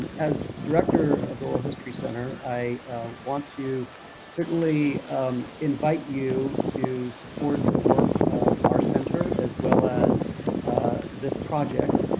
as director of the oral history center, i want to certainly invite you to support the work of our center as well as this project.